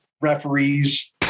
referees